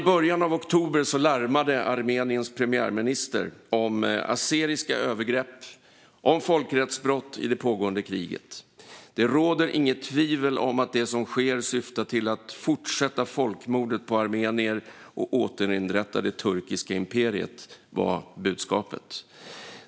I början av oktober larmade Armeniens premiärminister om azerbajdzjanska övergrepp och folkrättsbrott i det pågående kriget. Det råder inget tvivel om att det som sker syftar till att fortsätta folkmordet på armenier och återinrätta det turkiska imperiet, var budskapet.